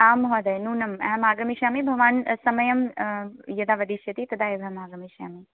आम् महोदय नूनम् अहमागमिष्यामि भवान् समयं यदा वदिष्यति तदा एवमहमागमिष्यामि